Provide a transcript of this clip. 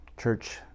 church